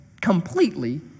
completely